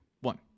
one